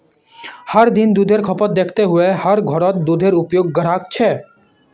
हर दिन दुधेर खपत दखते हुए हर घोर दूध उद्द्योगेर ग्राहक छे